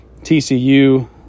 TCU